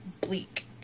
bleak